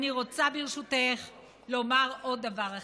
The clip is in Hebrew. אני רוצה ברשותך לומר עוד דבר אחד,